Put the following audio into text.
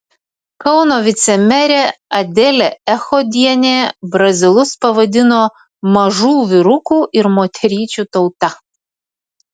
kauno vicemerė adelė echodienė brazilus pavadino mažų vyrukų ir moteryčių tauta